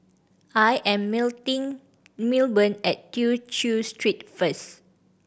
I am Milburn at Tew Chew Street first